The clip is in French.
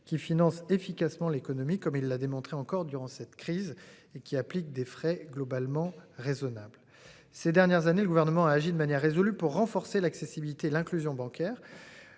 qui finance efficacement l'économie comme il l'a démontré encore durant cette crise et qui applique des frais globalement raisonnables ces dernières années, le gouvernement a agi de manière résolue pour renforcer l'accessibilité l'inclusion bancaire.